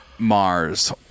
Mars